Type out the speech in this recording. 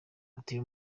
atuye